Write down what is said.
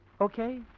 okay